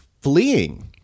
fleeing